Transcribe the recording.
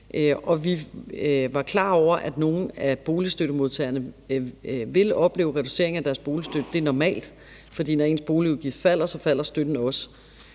Vi var klar over, at nogle af boligstøttemodtagerne ville opleve en reducering i deres boligstøtte; det er normalt. For når ens boligudgift falder, falder støtten også.